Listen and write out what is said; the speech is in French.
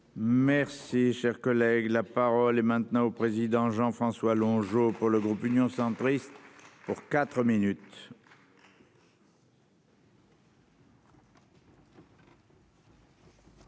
Merci, cher collègue, la parole est maintenant au président Jean-François Longeot pour le groupe Union centriste pour 4 minutes.